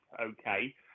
okay